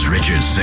Richard